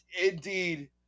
Indeed